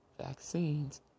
vaccines